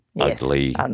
ugly